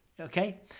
Okay